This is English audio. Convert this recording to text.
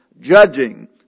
judging